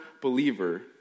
believer